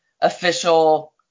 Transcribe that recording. official